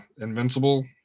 invincible